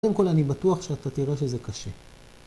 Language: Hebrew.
קודם כל אני בטוח ‫שאתה תראה שזה קשה.